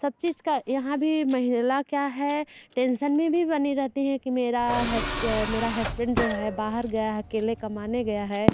सब चीज का यहाँ भी महिला क्या है टेंसन में भी बनी रहती हैं कि मेरा मेरा हेस्बेंड जो है बाहर गया है अकेले कमाने गया है